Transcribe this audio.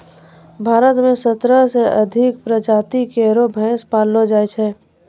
भारत म सत्रह सें अधिक प्रजाति केरो भैंस पैलो जाय छै